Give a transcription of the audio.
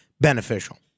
beneficial